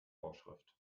vorschrift